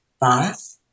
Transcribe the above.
boss